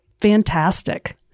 fantastic